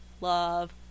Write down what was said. love